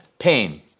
Pain